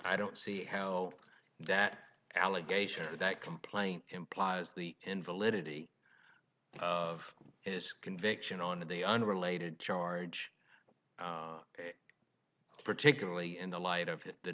i don't see how that allegation that complaint implies the invalidity of his conviction on the unrelated charge particularly in the light of the